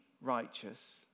righteous